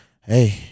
hey